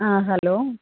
ആ ഹലോ